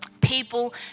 people